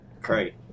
Great